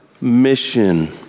mission